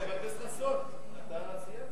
חבר הכנסת חסון, אתה סיימת.